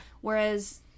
Whereas